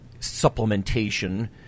supplementation